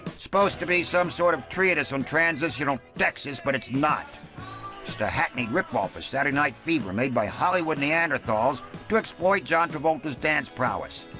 supposed to be some sort of treatise on transitional texas but it's not. it's just a hackneyed rip-off of saturday night fever made by hollywood neanderthals to exploit john travolta's dance prowess.